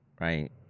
Right